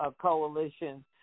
coalition